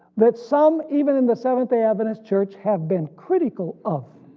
that some even in the seventh-day adventist church have been critical of.